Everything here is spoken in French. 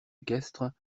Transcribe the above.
équestre